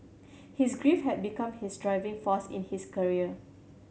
his grief have become his driving force in his career